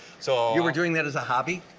so you were doing that as a hobby?